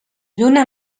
lluna